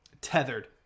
tethered